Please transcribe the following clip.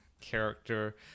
character